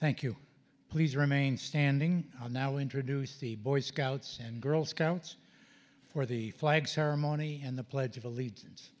thank you please remain standing on now introduce the boy scouts and girl scouts for the flag ceremony and the pledge of allegiance